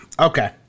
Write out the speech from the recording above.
Okay